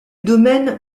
domaine